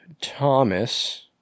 Thomas